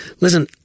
Listen